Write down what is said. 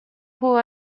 who